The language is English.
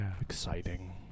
Exciting